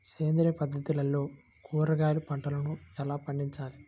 సేంద్రియ పద్ధతుల్లో కూరగాయ పంటలను ఎలా పండించాలి?